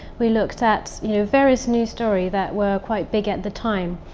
we looked at you know, various new stories that were quite big at the time.